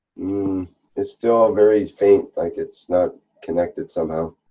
um it's still very, like it's not connected somehow.